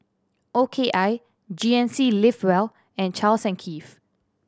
O K I G N C Live well and Charles and Keith